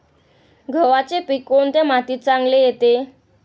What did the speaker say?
गव्हाचे पीक कोणत्या मातीत चांगले येते?